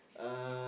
uh